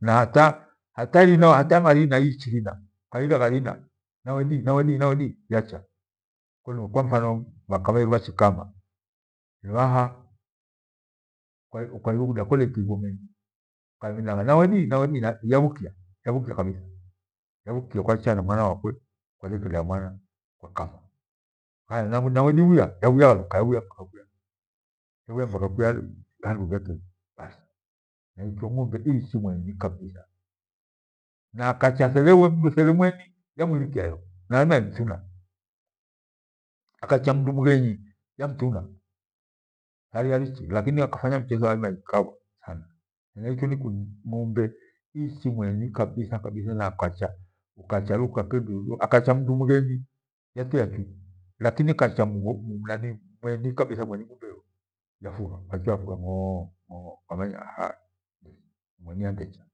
Na hata, hata lino ata mali nahiichihida kwahitho valina nawedi nawedi nawedi yacha. Kolue kwa mfano wakaweiva sukama, luwahaa kwai- kwailihuda kwele kingomenyi ukathina nawedi nawedi na- na yavukia yavukia kabitha. Yavukia kwaicha na mwana wakwe kwaghe kulea mwana kwa kama. Haya na mweni, namweni huya ghauya gha mkae huya kwavia kwavia photokia kiagh- halughete basi. Naikyo ng'ombe ichii mweni kabitha na akacha thelewa mndu thelemweni yabwibwikia yeo na amnae mthuna. Akacha mndu mghenyi yamtuna, hali alichi lakini kafanya mchezo hathima ikawa thana. Mira ikyo nikuni- ng'ombe iichi mweni kabitha kabitha na kwacha ukacharuka kebiogo kacha mndu mghenji yatia kindu. Lakini kacha mndu- mumlanimu mwedi kabithaa mweni mundeo yafugha kwakia kia mooo mooo kwamenya ha! ni mwenya andecha.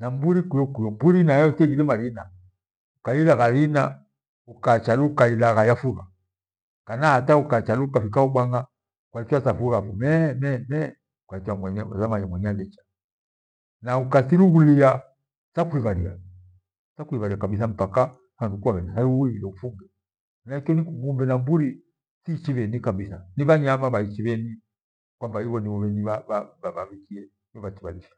Na mburi kwio kwio, mburi nae uthighira marina ukhaigha kazina ukacha luka ighaigha yafugha. Kana hata ukachaluka vikao bwang'a kwaikya safurafo meee meee kwaikya mwenye, uthama ni mwenye andicha. Na ukathirughulia thakuivaria, thakuvaria kabitha mpaka handu kwaweka hauwi ndio ufughe. Mira ikyo ni kumng'ombeza mburi thichivedi kabithaa ni vani yava vaichi venywi, kwamba iwe niuveni va- va- vavawikie vavachi badisha